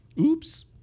Oops